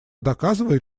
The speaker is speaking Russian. доказывает